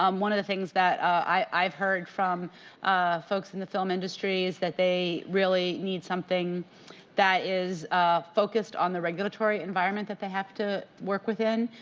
um one of the things that i have heard, from folks in the film industry, is that they really need something that is focused on the regulatory environment that they have to work within.